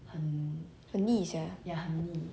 很腻 sia